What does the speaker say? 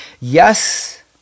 yes